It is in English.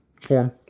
form